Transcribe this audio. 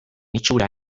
itxura